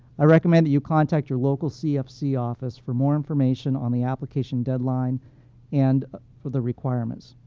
i recommend that you contact your local cfc office for more information on the application deadline and for the requirements.